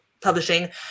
publishing